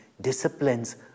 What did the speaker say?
disciplines